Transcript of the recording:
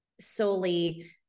solely